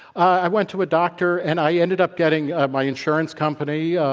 i went to a doctor and i ended up getting my insurance company,